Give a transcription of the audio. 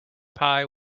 pie